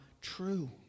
true